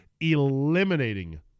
eliminating